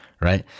right